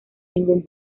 ningún